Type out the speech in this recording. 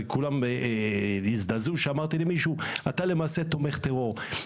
וכולם הזדעזעו שאמרתי למישהו או לאיזו גברת: אתה למעשה תומך טרור.